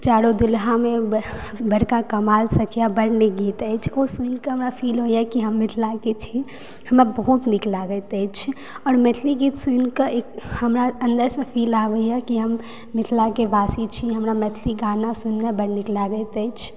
चारों दूल्हामे बड़का कमाल सखियाँ बड नीक अछि ओ सुनि के हमरा फील होइया की हम मिथिला के छी हमरा बहुत नीक लागैत अछि आओर मैथिली गीत सुनि कऽ एक हमरा अन्दर से फील आबैया की हम मिथिला के वासी छी हमरा मैथिली गाना सुननाइ बड़ नीक लागैत अछि